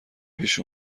پیش